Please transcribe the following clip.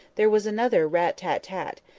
there was another rat-tat-tat,